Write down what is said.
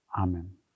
amen